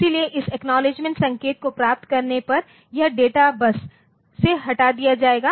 इसलिए इस अखनोव्लेद्गेमेन्ट संकेत को प्राप्त करने पर यह डेटा बस से हटा दिया गया है